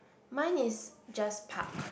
mine is just park